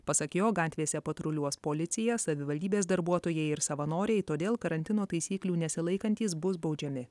pasak jo gatvėse patruliuos policija savivaldybės darbuotojai ir savanoriai todėl karantino taisyklių nesilaikantys bus baudžiami